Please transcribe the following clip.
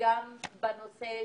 וזה